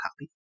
copy